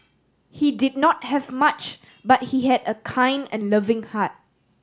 he did not have much but he had a kind and loving heart